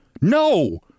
No